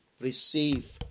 Receive